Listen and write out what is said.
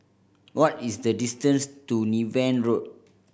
what is the distance to Niven Road